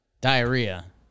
diarrhea